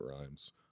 rhymes